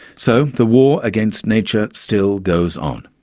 so the war against nature still goes on.